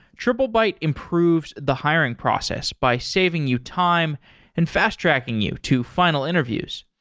triplebyte improves the hiring process by saving you time and fast-tracking you to final interviews.